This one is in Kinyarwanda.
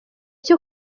cyo